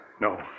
no